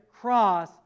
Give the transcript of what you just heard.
cross